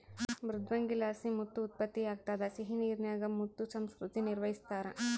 ಮೃದ್ವಂಗಿಲಾಸಿ ಮುತ್ತು ಉತ್ಪತ್ತಿಯಾಗ್ತದ ಸಿಹಿನೀರಿನಾಗ ಮುತ್ತು ಸಂಸ್ಕೃತಿ ನಿರ್ವಹಿಸ್ತಾರ